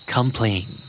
Complain